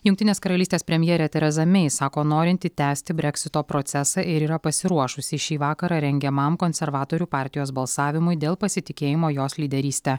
jungtinės karalystės premjerė tereza mei sako norinti tęsti breksito procesą ir yra pasiruošusi šį vakarą rengiamam konservatorių partijos balsavimui dėl pasitikėjimo jos lyderyste